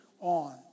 on